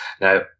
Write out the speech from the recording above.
now